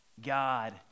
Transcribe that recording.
God